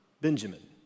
Benjamin